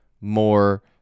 more